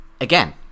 again